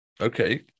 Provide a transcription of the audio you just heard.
Okay